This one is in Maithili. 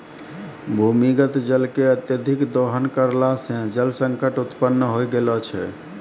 भूमीगत जल के अत्यधिक दोहन करला सें जल संकट उत्पन्न होय गेलो छै